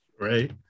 right